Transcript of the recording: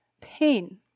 pain